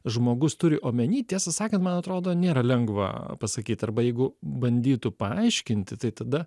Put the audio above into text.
žmogus turi omeny tiesą sakant man atrodo nėra lengva pasakyt arba jeigu bandytų paaiškinti tai tada